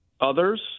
others